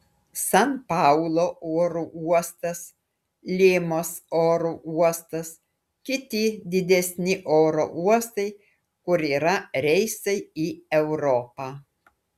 san paulo oro uostas limos oro uostas kiti didesni oro uostai kur yra reisai į europą